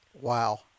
Wow